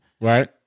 Right